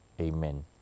Amen